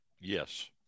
Yes